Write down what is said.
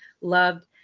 loved